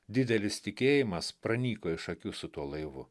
didelis tikėjimas pranyko iš akių su tuo laivu